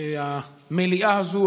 המליאה הזו,